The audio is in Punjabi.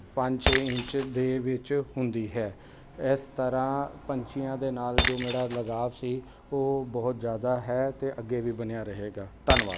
ਪੰਜ ਛੇ ਇੰਚ ਦੇ ਵਿੱਚ ਹੁੰਦੀ ਹੈ ਇਸ ਤਰ੍ਹਾਂ ਪੰਛੀਆਂ ਦੇ ਨਾਲ ਜੋ ਮੇਰਾ ਲਗਾਵ ਸੀ ਉਹ ਬਹੁਤ ਜ਼ਿਆਦਾ ਹੈ ਅਤੇ ਅੱਗੇ ਵੀ ਬਣਿਆ ਰਹੇਗਾ ਧੰਨਵਾਦ